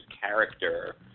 character